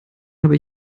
habe